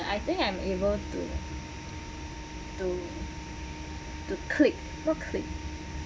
like I think I'm able to to to click not click